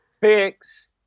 fix